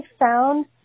found